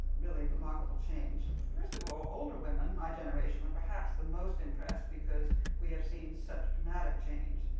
really remarkable change. first of all, older women, my generation, are perhaps the most impressed because we have seen such dramatic change.